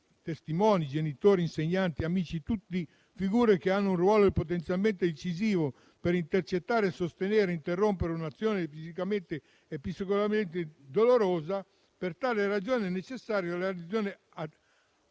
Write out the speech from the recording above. testimoni (genitori, insegnanti, amici) sono figure che hanno un ruolo potenzialmente decisivo per intercettare, sostenere e interrompere un'azione fisicamente e psicologicamente dolorosa. Per tale ragione è necessario realizzare azioni